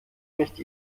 nicht